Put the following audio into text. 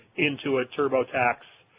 intuit, turbo tax,